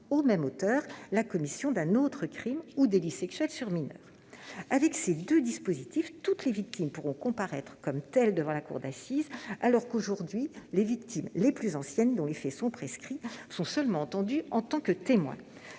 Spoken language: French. au même auteur la commission d'un autre crime ou délit sexuel sur mineur. Avec ces deux dispositifs, toutes les victimes pourront comparaître comme telles devant la cour d'assises, alors que les victimes les plus « anciennes » sont seulement entendues en tant que témoins